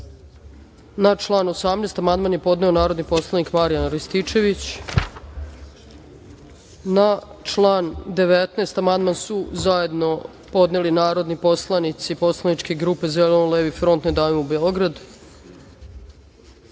član 18. amandman je podneo narodni poslanik Marijan Živković. Na član 19. amandman su zajedno podneli narodni poslanici poslaničke grupe Zeleno front – Ne davimo Beograd. Na